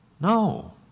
No